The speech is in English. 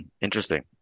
Interesting